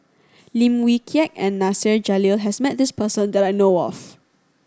Lim Wee Kiak and Nasir Jalil has met this person that I know of